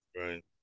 Right